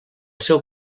seu